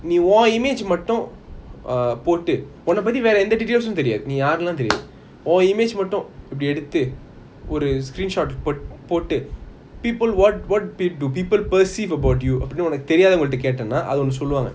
நீ உன்:nee un image மட்டும் நீ போடு:matum nee potu err உன்ன பத்தி வேற:unna pathi vera details லாம் தெரியாது நீ யாருனு லாம் தெரியாது உன்:lam teriyathu nee yaarunu lam teriyathu un image இப்பிடி எடுத்து ஒரு:ipidi yeaduthu oru screenshot போடு:potu people what what pay do people perceive about you தெரியாதவங்ககிட்ட கேட்டன அவங்க ஒன்னு சொல்லுவாங்க:teriyathavangakita keatana avanga onu soluvanga